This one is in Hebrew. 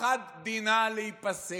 אחת דינה להיפסל,